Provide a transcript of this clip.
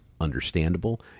understandable